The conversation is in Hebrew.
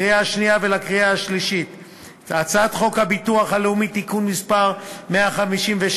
לקריאה שנייה וקריאה שלישית את הצעת חוק הביטוח הלאומי (תיקון מס' 156),